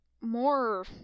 more